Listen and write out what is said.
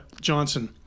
Johnson